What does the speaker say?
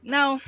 Now